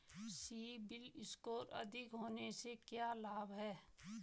CIBIL score अधिक होने से क्या लाभ हैं?